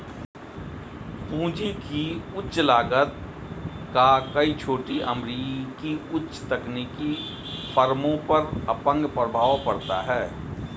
पूंजी की उच्च लागत का कई छोटी अमेरिकी उच्च तकनीकी फर्मों पर अपंग प्रभाव पड़ता है